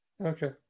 Okay